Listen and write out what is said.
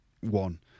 one